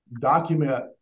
document